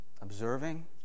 observing